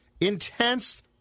Intense